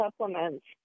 supplements